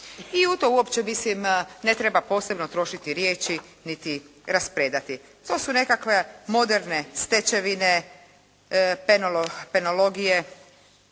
I u to uopće mislim ne treba posebno trošiti riječi niti raspredati. To su nekakve moderne stečevine penologije